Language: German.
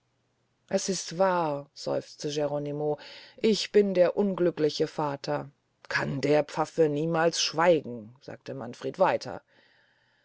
es ist wahr seufzte geronimo ich bin der unglückliche vater kann ein pfaff niemals schweigen sagte manfred weiter